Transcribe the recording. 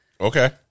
Okay